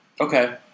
okay